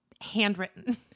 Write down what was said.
handwritten